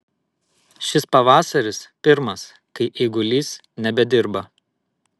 šis pavasaris pirmas kai eigulys nebedirba